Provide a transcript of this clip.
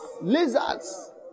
Lizards